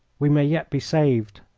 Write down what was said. we may yet be saved,